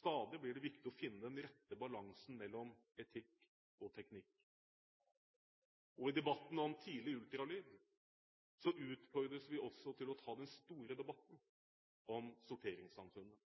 Stadig blir det viktigere å finne den rette balansen mellom etikk og teknikk, og i debatten om tidlig ultralyd utfordres vi også til å ta den store debatten om sorteringssamfunnet.